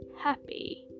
Happy